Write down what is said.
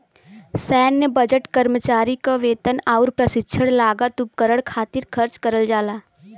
सैन्य बजट कर्मचारी क वेतन आउर प्रशिक्षण लागत उपकरण खातिर खर्च करल जाला